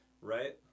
right